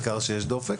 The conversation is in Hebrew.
העיקר שיש דופק.